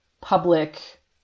public